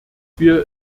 wir